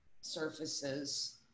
surfaces